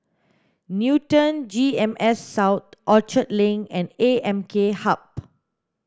Newton G E M S South Orchard Link and A M K Hub